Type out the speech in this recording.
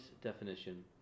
definition